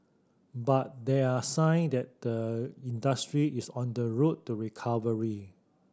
but there are sign that the industry is on the road to recovery